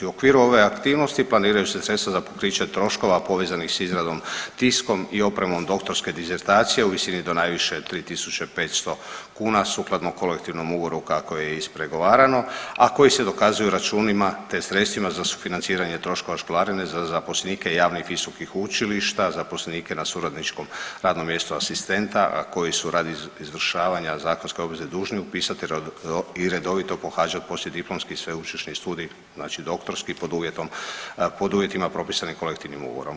U okviru ove aktivnosti planiraju se sredstva za pokrića troškova povezanih s izradom tiskom i opremom doktorske disertacije u visini do najviše 3.500 kuna sukladno kolektivnom ugovoru kako je ispregovarano, a koji se dokazuju računima te sredstvima za sufinanciranja troškova školarine za zaposlenike javnih visokih učilišta, zaposlenike na suradničkom radnom mjestu asistenta, a koji su radi izvršavanja zakonske obveze upisati i redovito pohađat poslijediplomski sveučilišni studij, znači doktorski pod uvjetima propisanim kolektivnim ugovorom.